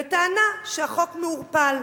בטענה שהחוק מעורפל.